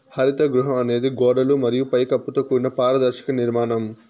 హరిత గృహం అనేది గోడలు మరియు పై కప్పుతో కూడిన పారదర్శక నిర్మాణం